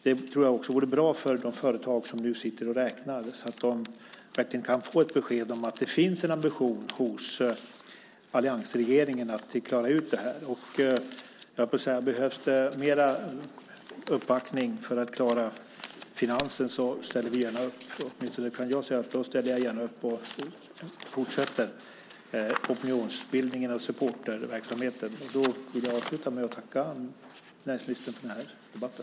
Det tror jag också vore bra för de företag som nu sitter och räknar så att de verkligen kan få ett besked om att det finns en ambition hos alliansregeringen att klara ut det här. Om det behövs mer uppbackning för att klara Finansen ställer vi gärna upp. Åtminstone kan jag säga att jag ställer upp och fortsätter opinionsbildningen i supporterverksamheten. Jag tackar näringsministern för debatten.